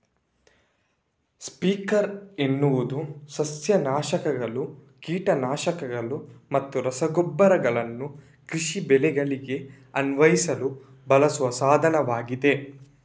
sprayer ಎನ್ನುವುದು ಸಸ್ಯ ನಾಶಕಗಳು, ಕೀಟ ನಾಶಕಗಳು ಮತ್ತು ರಸಗೊಬ್ಬರಗಳನ್ನು ಕೃಷಿ ಬೆಳೆಗಳಿಗೆ ಅನ್ವಯಿಸಲು ಬಳಸುವ ಸಾಧನವಾಗಿದೆ